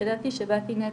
ידעתי שבאתי נטו,